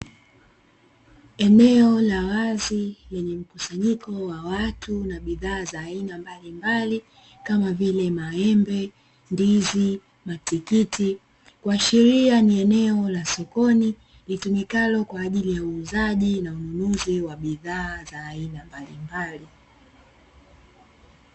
Eneo la wazi lenye mkusanyiko wa watu na bidhaa za aina mbalimbali, kama vile maembe ndizi matikiti huasheria ni eneo la sokoni litumikalo kwa ajili ya uuzaji na ununuzi wa bidhaa za aina mbalimbali.